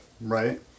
Right